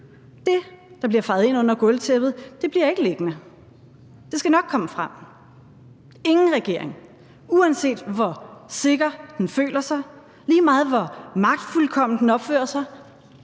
Det, der bliver fejet ind under gulvtæppet, bliver ikke liggende. Det skal nok komme frem. Ingen regering, uanset hvor sikker den føler sig, lige meget hvor magtfuldkommen den opfører sig,